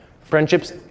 Friendships